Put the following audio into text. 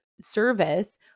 service